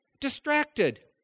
Distracted